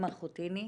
עם החוטיני,